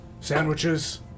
sandwiches